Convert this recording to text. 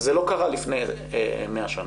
וזה לא קרה לפני 100 שנה,